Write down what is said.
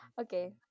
Okay